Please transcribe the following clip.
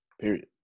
period